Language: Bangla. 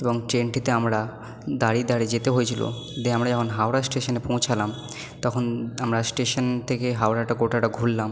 এবং ট্রেনটিতে আমরা দাঁড়িয়ে দাঁড়িয়ে যেতে হয়েছিলো দিয়ে আমরা যখন হাওড়া স্টেশানে পৌঁছালাম তখন আমরা স্টেশান থেকে হাওড়াটা গোটাটা ঘুরলাম